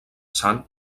sant